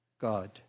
God